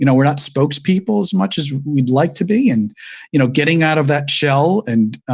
you know we're not spokespeople as much as we'd like to be. and you know getting out of that shell, and